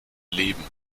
leben